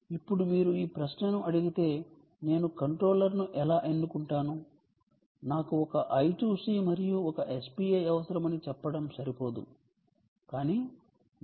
ఇప్పుడు మీరు ఈ ప్రశ్నను అడిగితే నేను కంట్రోలర్ను ఎలా ఎన్నుకుంటాను నాకు ఒక I2C మరియు ఒక SPI అవసరమని చెప్పడం సరిపోదు కానీ నాకు ఒక UART కూడా అవసరం